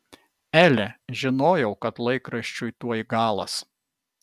ele žinojau kad laikraščiui tuoj galas